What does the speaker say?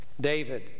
David